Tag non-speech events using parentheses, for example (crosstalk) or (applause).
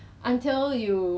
orh 那个很贵 (laughs)